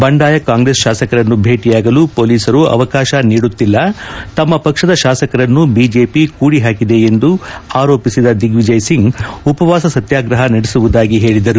ಬಂಡಾಯ ಕಾಂಗ್ರೆಸ್ ಶಾಸಕರನ್ನು ಭೇಟಿಯಾಗಲು ಪೊಲೀಸರು ಅವಕಾಶ ನೀಡುತ್ತಿಲ್ಲ ತಮ್ಮ ಪಕ್ಷದ ಶಾಸಕರನ್ನು ಬಿಜೆಪಿ ಕೂಡಿಹಾಕಿದೆ ಎಂದು ಆರೋಪಿಸಿದ ದಿಗ್ವಿಜಯ್ ಸಿಂಗ್ ಉಪವಾಸ ಸತ್ಯಾಗ್ರಹ ನಡೆಸುವುದಾಗಿ ಹೇಳಿದರು